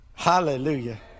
Hallelujah